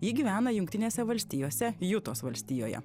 ji gyvena jungtinėse valstijose jutos valstijoje